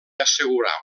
assegurar